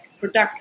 productive